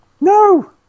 No